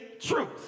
truth